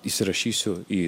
įsirašysiu į